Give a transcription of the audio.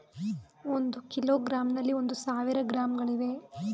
ಒಂದು ಕಿಲೋಗ್ರಾಂನಲ್ಲಿ ಒಂದು ಸಾವಿರ ಗ್ರಾಂಗಳಿವೆ